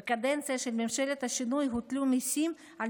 בקדנציה של ממשלת השינוי הוטלו מיסים על